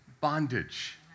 bondage